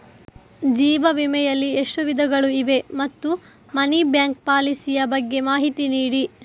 ಜೀವ ವಿಮೆ ಯಲ್ಲಿ ಎಷ್ಟು ವಿಧಗಳು ಇವೆ ಮತ್ತು ಮನಿ ಬ್ಯಾಕ್ ಪಾಲಿಸಿ ಯ ಬಗ್ಗೆ ಮಾಹಿತಿ ನೀಡಿ?